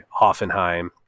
Hoffenheim